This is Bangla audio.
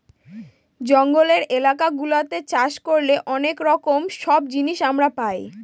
জঙ্গলের এলাকা গুলাতে চাষ করলে অনেক রকম সব জিনিস আমরা পাই